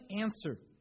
answer